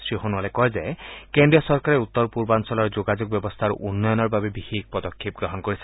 শ্ৰীসোণোৱালে কয় যে কেন্দ্ৰীয় চৰকাৰে উত্তৰ পূৰ্বাঞ্চলৰ যোগাযোগ ব্যৱস্থাৰ উন্নয়নৰ বাবে বিশেষ পদক্ষেপ গ্ৰহণ কৰিছে